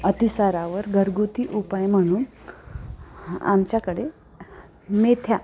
अतिसारावर घरगुती उपाय म्हणून आमच्याकडे मेथ्या